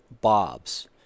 bobs